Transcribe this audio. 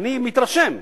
שאני מתרשם,